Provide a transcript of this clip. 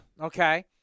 Okay